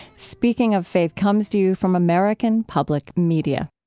speaking of faith comes to you from american public media